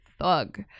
thug